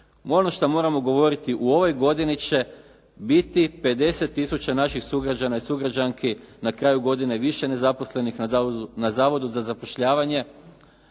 Ono što moramo govoriti u ovoj godini će biti 50 tisuća naših sugrađana i sugrađanki na kraju godine više nezaposlenih na Zavodu za zapošljavanje,